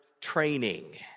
training